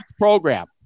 program